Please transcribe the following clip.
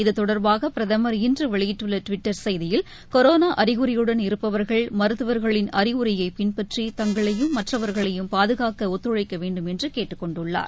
இது தொடர்பாகபிரதமர் இன்றுவெளியிட்டுள்ளடுவிட்டர் செய்தியில் கொரோனாஅறிகுறியுடன் மருத்துவர்களின் இருப்பவர்கள் அறிவுரையின்பற்றி தங்களையும் மற்றவர்களையும் பாதுகாக்கஒத்துழைக்கவேண்டும் என்றுகேட்டுக் கொண்டுள்ளார்